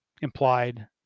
implied